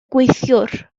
gweithiwr